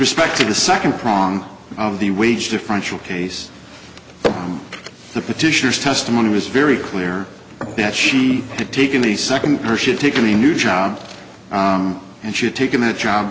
respect to the second prong of the wage differential case but the petitioners testimony was very clear that she had taken a second or she had taken a new job and she had taken a job